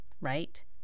right